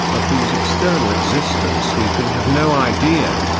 of whose external existence we can have no idea,